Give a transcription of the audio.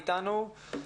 איתנו,